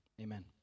amen